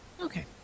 Okay